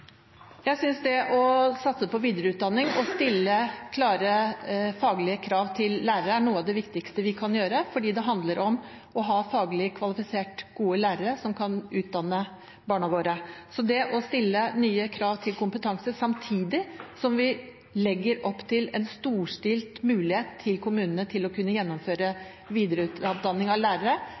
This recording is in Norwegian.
Jeg synes det å satse på videreutdanning og stille klare, faglige krav til lærere er noe av det viktigste vi kan gjøre, fordi det handler om å ha faglig kvalifiserte, gode lærere som kan utdanne barna våre. Det å stille nye krav til kompetanse samtidig som vi legger opp til en storstilt mulighet for kommunene til å kunne gjennomføre videreutdanning av lærere,